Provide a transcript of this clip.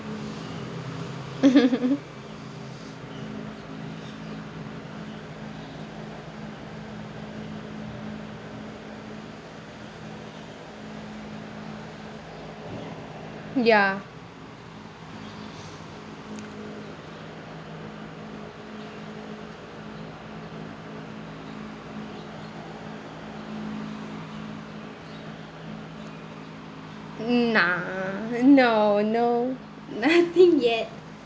ya uh nah no no nothing yet